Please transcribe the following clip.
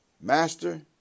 Master